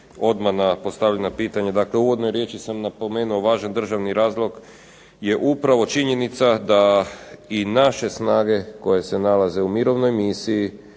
odmah na postavljena pitanja. Dakle, u uvodnoj riječi sam napomenuo važan državni razlog je upravo činjenica da i naše snage koje se nalaze u mirovnoj misiji